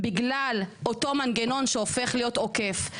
בגלל אותו מנגנון שהופך להיות עוקף.